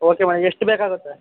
okay ಮೇಡ ಎಷ್ಟು ಬೇಕಾಗುತ್ತೆ